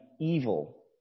evil